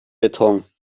beton